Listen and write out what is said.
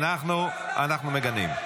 אנחנו מגנים.